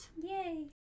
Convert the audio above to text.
Yay